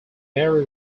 mary